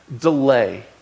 delay